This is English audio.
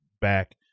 back